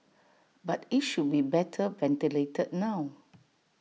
but IT should be better ventilated now